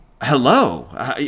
hello